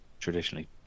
traditionally